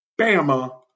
Bama